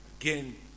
Again